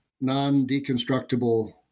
non-deconstructible